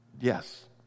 Yes